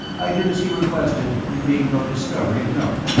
i did as he requested and made no discovery of note.